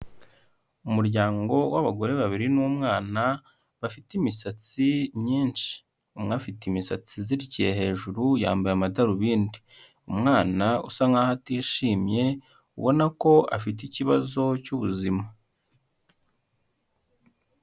Umuryango w'abagore babiri n'umwana bafite imisatsi myinshi, umwe afite imisatsi izirikiye hejuru yambaye amadarubindi, umwana usa nkaho atishimye ubona ko afite ikibazo cy'ubuzima.